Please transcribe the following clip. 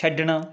ਛੱਡਣਾ